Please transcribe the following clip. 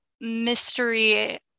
mystery